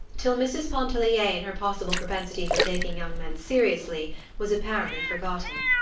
till mrs. pontellier and her possible propensity for taking young men seriously was apparently forgotten.